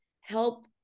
help